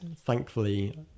thankfully